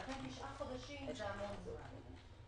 ולכן תשעה חודשים זה המון זמן.